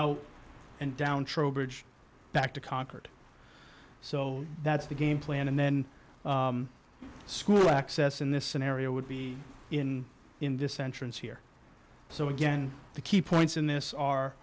out and down trowbridge back to concord so that's the game plan and then school access in this scenario would be in in this entrance here so again the key points in this are